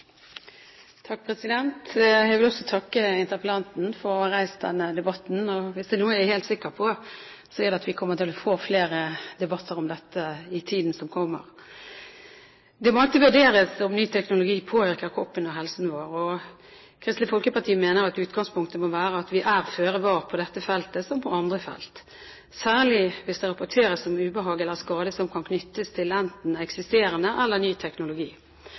Jeg vil også takke interpellanten for å ha reist denne debatten. Hvis det er noe jeg er helt sikker på, er det at vi kommer til å få flere debatter om dette i tiden som kommer. Det må alltid vurderes om ny teknologi påvirker kroppen og helsen vår. Kristelig Folkeparti mener at utgangspunktet må være at vi er føre var på dette feltet som på andre felt, særlig hvis det rapporteres om ubehag eller skade som kan knyttes til enten eksisterende eller ny teknologi.